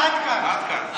עד כאן.